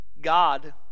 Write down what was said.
God